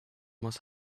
must